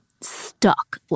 stuck